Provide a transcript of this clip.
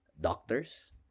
doctors